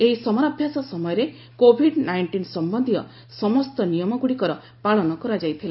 ଏହି ସମରାଭ୍ୟାସ ସମୟରେ କୋବିଡ୍ ନାଇଣ୍ଟିନ୍ ସମ୍ୟନ୍ଧୀୟ ସମସ୍ତ ନିୟମଗୁଡ଼ିକର ପାଳନ କରାଯାଇଥିଲା